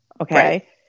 Okay